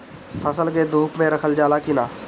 फसल के धुप मे रखल जाला कि न?